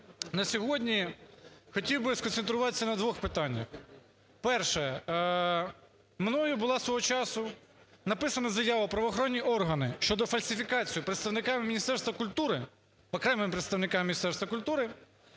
На сьогодні хотів би сконцентруватися на двох питаннях. Перше. Мною свого часу була написана заява у правоохоронні органи щодо фальсифікації представниками Міністерства культури, окремими представниками Міністерства культури,